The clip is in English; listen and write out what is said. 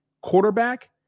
quarterback